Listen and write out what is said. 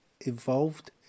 involved